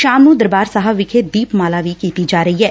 ਸ਼ਾਮ ਨੰ ਦਰਬਾਰ ਸਾਹਿਬ ਵਿਖੇ ਦੀਪਮਾਲਾ ਵੀ ਕੀਤੀ ਜਾ ਰਹੀ ਐ